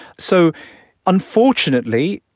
so unfortunately,